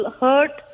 hurt